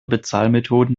bezahlmethoden